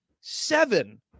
seven